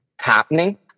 happening